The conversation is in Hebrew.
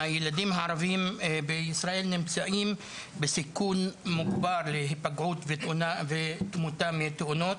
הילדים הערבים בישראל נמצאים בסיכון מוגבר להיפגעות ותמותה מתאונות,